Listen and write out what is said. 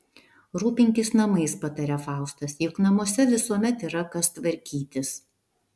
rūpinkis namais pataria faustas juk namuose visuomet yra kas tvarkytis